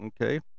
okay